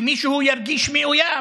שמישהו ירגיש מאוים,